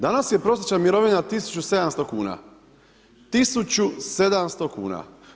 Danas je prosječna mirovina 1700 kuna, 1700 kuna.